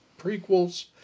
prequels